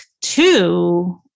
two